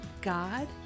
God